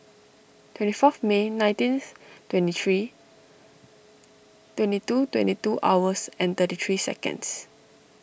twenty fourth May nineteen twenty three twenty two twenty two hours and thirty three seconds